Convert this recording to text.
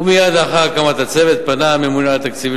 מייד לאחר הקמת הצוות פנה הממונה על התקציבים